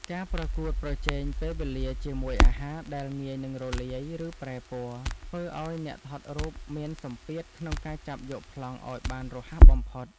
ការប្រកួតប្រជែងពេលវេលាជាមួយអាហារដែលងាយនឹងរលាយ ឬប្រែពណ៌ ធ្វើឱ្យអ្នកថតរូបមានសម្ពាធក្នុងការចាប់យកប្លង់ឱ្យបានរហ័សបំផុត។